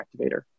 activator